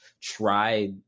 tried